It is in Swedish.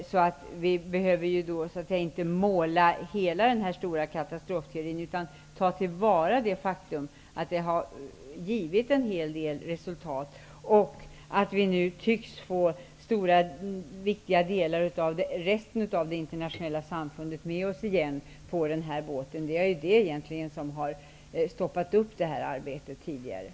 Vi behöver inte måla upp hela det stora katastrofsceneriet utan kan ta till vara det faktum att insatserna har givit en hel del resultat. Vi tycks nu få med oss resten av det internationella samfundet igen på den här båten. Det är ju egentligen det som tidigare har stoppat upp arbetet.